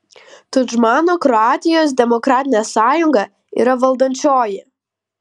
tudžmano kroatijos demokratinė sąjunga yra valdančioji